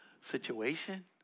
situation